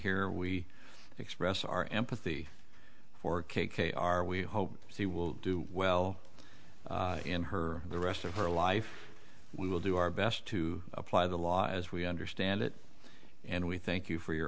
here we express our empathy for k k are we hope she will do well in her the rest of her life we will do our best to apply the law as we understand it and we thank you for your